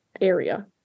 area